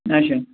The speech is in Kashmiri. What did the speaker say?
اچھا